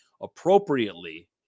appropriately